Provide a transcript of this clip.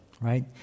right